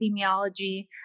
epidemiology